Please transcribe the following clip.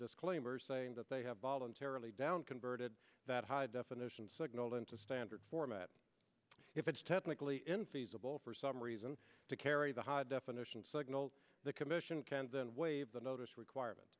disclaimers saying that they have voluntarily down converted that hide if an ocean signaled into standard format if it's technically infeasible for some reason to carry the high definition signals the commission can then waive the notice requirement